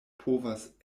povas